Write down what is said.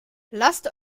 lasst